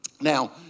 Now